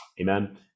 Amen